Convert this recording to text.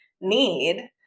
need